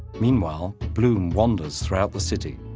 meanwhile, bloom wanders throughout the city.